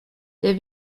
der